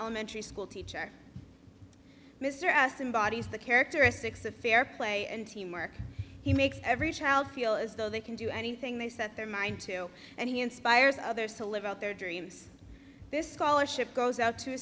elementary school teacher mr aston bodies the characteristics of fair play and teamwork he makes every child feel as though they can do anything they set their mind to and he inspires others to live out their dreams this scholarship goes out to